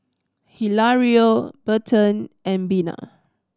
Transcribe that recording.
Hilario Berton and Bina